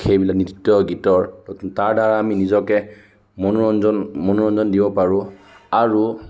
নৃত্য গীতৰ তাৰদ্বাৰা আমি নিজকে মনোৰঞ্জন মনোৰঞ্জন দিব পাৰোঁ আৰু